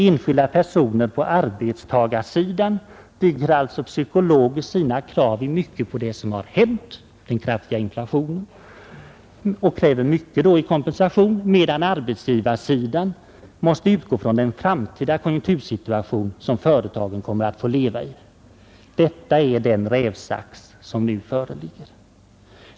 Enskilda personer på arbetstagarsidan bygger alltså psykologiskt sina krav i stor utsträckning på det som har hänt — den kraftiga inflationen — och kräver mycket i kompensation, medan arbetsgivarsidan måste utgå från den framtida konjunktursituation som företagen kommer att få leva i. Detta är den rävsax som föreligger.